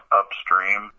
upstream